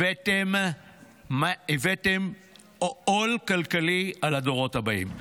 הבאתם עול כלכלי על הדורות הבאים.